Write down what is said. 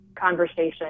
conversation